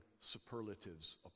superlatives